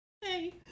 Hey